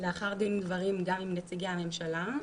לאחר דין ודברים גם עם נציגי הממשלה,